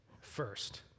first